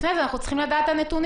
לפני זה אנחנו צריכים לדעת את הנתונים.